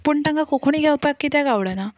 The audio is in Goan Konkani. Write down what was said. पूण तांकां कोंकणी घेवपाक कित्याक आवडना